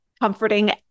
comforting